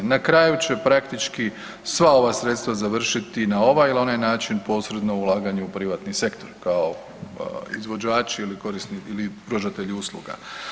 Na kraju će praktički sva ova sredstva završiti na ovaj ili onaj način, posredno ulaganje u privatni sektor, kao izvođači ili pružatelji usluga.